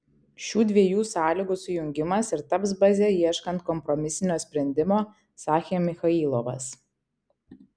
šių dviejų sąlygų sujungimas ir taps baze ieškant kompromisinio sprendimo sakė michailovas